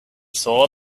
saw